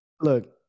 Look